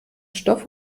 stoff